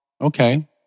Okay